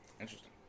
Interesting